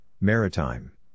Maritime